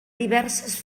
diverses